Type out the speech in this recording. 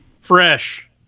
Fresh